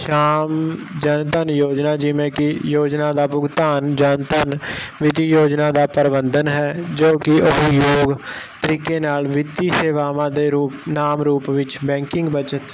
ਸ਼ਾਮ ਜਨਧਨ ਯੋਜਨਾ ਜਿਵੇਂ ਕੀ ਯੋਜਨਾ ਦਾ ਭੁਗਤਾਨ ਜਨਧਨ ਵਿੱਤੀ ਯੋਜਨਾ ਦਾ ਪ੍ਰਬੰਧਨ ਹੈ ਜੋ ਕੀ ਉਹ ਯੋਗ ਤਰੀਕੇ ਨਾਲ ਵਿੱਤੀ ਸੇਵਾਵਾਂ ਦੇ ਰੂਪ ਨਾਮ ਵਿੱਚ ਬੈਂਕਿੰਗ ਬਚਤ